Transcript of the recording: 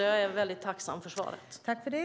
Jag är mycket tacksam för svaret.